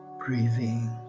breathing